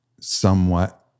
somewhat